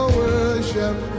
worship